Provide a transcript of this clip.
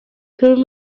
could